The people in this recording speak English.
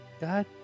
God